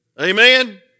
Amen